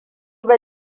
ba